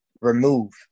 remove